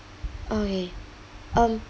okay um